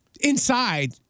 Inside